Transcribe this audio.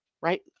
right